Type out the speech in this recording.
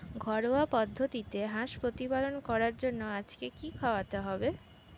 ঘরোয়া পদ্ধতিতে হাঁস প্রতিপালন করার জন্য আজকে কি খাওয়াতে হবে?